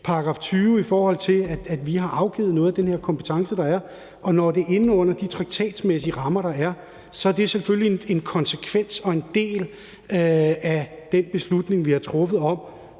i § 20, i forhold til at vi har afgivet noget af den her kompetence, der var, og når det er inde under de traktatmæssige rammer, der er, så er det selvfølgelig en konsekvens og en del af den beslutning, vi har truffet, om